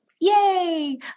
Yay